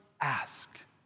ask